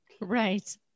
Right